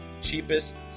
cheapest